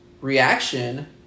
reaction